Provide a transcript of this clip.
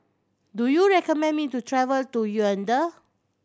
do you recommend me to travel to Yaounde